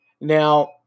Now